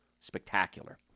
Spectacular